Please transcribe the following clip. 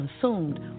consumed